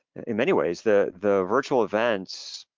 in many ways, the the virtual events,